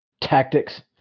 tactics